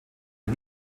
der